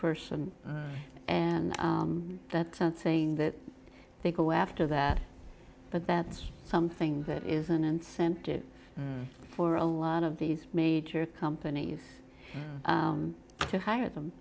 person and that's not saying that they go after that but that's something that is an incentive for a lot of these major companies to hire them